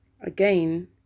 Again